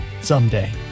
Someday